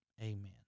Amen